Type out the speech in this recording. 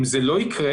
אם זה לא יקרה,